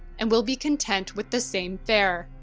and will be content with the same fare.